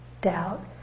doubt